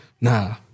Nah